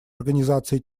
организации